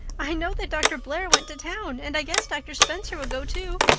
i know that dr. blair went to town and i guess dr. spencer would go too.